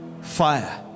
fire